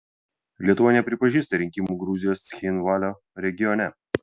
lietuva nepripažįsta rinkimų gruzijos cchinvalio regione